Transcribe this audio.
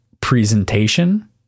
presentation